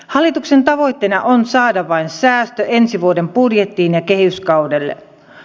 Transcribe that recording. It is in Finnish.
hallituksen tavoitteena on saada vain säästö ensi vuoden budjettiin ja kehyskaudelle